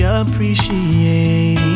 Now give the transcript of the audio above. appreciate